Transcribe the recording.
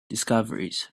discoveries